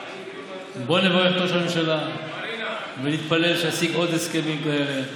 בואו נברך את ראש הממשלה ונתפלל שישיג עוד הסכמים כאלה,